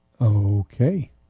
Okay